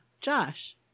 Josh